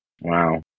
Wow